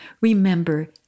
remember